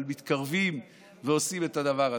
אבל מתקרבים ועושים את הדבר הזה.